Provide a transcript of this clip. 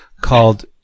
called